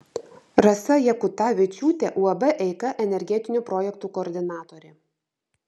rasa jakutavičiūtė uab eika energetinių projektų koordinatorė